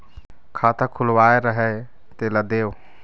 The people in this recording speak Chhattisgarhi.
खाता खुलवाय रहे तेला देव?